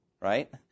right